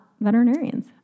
veterinarians